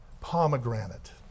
Pomegranate